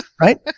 right